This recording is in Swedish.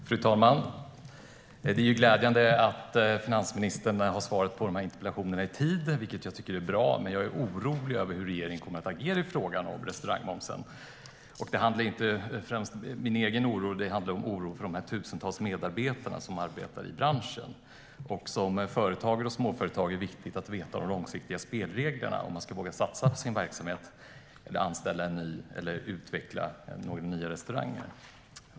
Fru talman! Det är glädjande att finansministern har besvarat interpellationen i tid. Jag är orolig över hur regeringen kommer att agera i fråga om restaurangmomsen. Oron gäller förstås främst alla tusentals medarbetare som arbetar i branschen. Som företagare är det viktigt att veta de långsiktiga spelreglerna, om man ska våga satsa på sin verksamhet, nyanställa och utveckla och etablera nya restauranger.